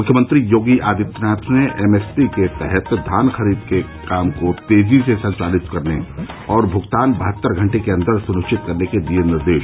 मुख्यमंत्री योगी आदित्यनाथ ने एमएसपी के तहत धान ख़रीद के काम को तेज़ी से संचालित करने और भुगतान बहत्तर घंटे के अन्दर सुनिश्चित करने के दिये निर्देश